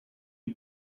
you